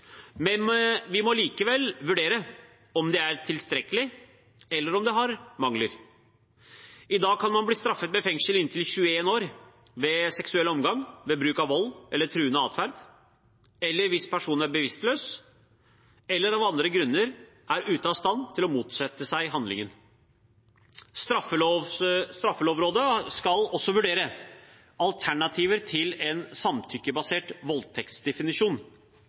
vi må likevel vurdere om det er tilstrekkelig, eller om det har mangler. I dag kan man bli straffet med fengsel i inntil 21 år ved seksuell omgang ved bruk av vold eller truende atferd, eller hvis personen er bevisstløs eller av andre grunner er ute av stand til å motsette seg handlingen. Straffelovrådet skal også vurdere alternativer til en samtykkebasert voldtektsdefinisjon.